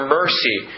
mercy